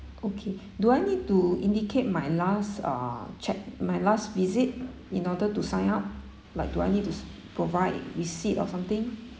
okay do I need to indicate my last uh check my last visit in order to sign up like do I need to provide receipt or something